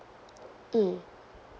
mm